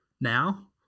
now